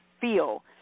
feel